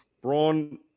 Braun